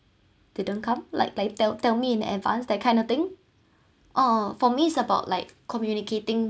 didn't come like like tell tell me in advance that kind of thing uh for me it's about like communicating